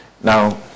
Now